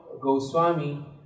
Goswami